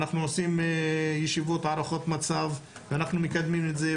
אנחנו עושים ישיבות הערכות מצב ואנחנו מקדמים את זה.